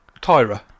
Tyra